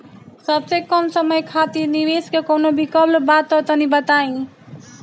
सबसे कम समय खातिर निवेश के कौनो विकल्प बा त तनि बताई?